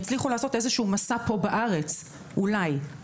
יצליחו לעשות פה בארץ איזשהו מסע.